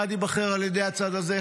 אחד ייבחר על ידי הצד הזה,